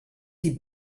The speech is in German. die